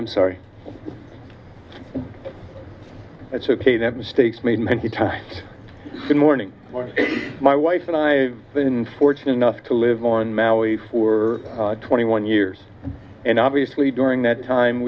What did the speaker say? i'm sorry that's ok that mistakes made many times in morning my wife and i been fortunate enough to live on maui for twenty one years and obviously during that time